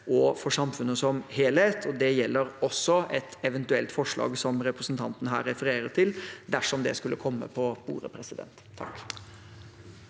og for samfunnet som helhet. Det gjelder også et eventuelt forslag som representanten her refererer til, dersom det skulle komme på bordet. Alfred Jens